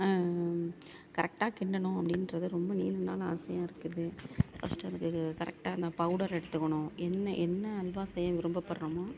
கரெக்டா கிண்டணும் அப்படின்றது ரொம்ப நீண்ட நாள் ஆசையாக இருக்குது ஃபர்ஸ்ட்டு அதுக்கு கரெக்டாக அந்த பவுடர் எடுத்துக்கணும் என்ன என்ன அல்வா செய்ய விருப்பப்படுறோமோ